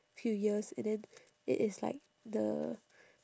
few years and then it is like the